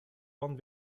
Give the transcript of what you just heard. bandes